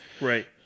right